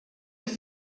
does